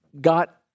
got